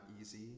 easy